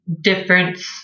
difference